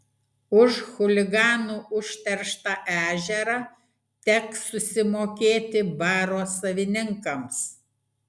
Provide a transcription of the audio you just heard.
už chuliganų užterštą ežerą teks susimokėti baro savininkams